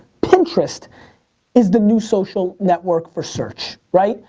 pinterest is the new social network for search. right?